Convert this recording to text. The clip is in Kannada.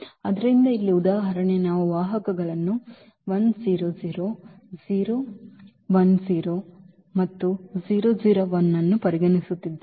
ಆದ್ದರಿಂದ ಇಲ್ಲಿ ಉದಾಹರಣೆ ನಾವು ವಾಹಕಗಳನ್ನು ಅನ್ನು ಪರಿಗಣಿಸುತ್ತಿದ್ದೇವೆ